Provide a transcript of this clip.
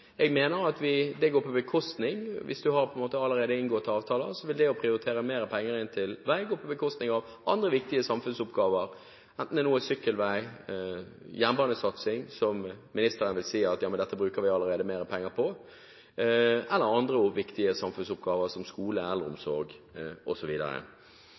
vi allerede har inngått en avtale, vil det å prioritere mer penger inn til vei gå på bekostning av andre viktige samfunnsoppgaver, enten det nå er sykkelvei, jernbanesatsing – her vil ministeren si at dette bruker vi allerede mer penger på – eller andre viktige samfunnsoppgaver, som skole,